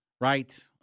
right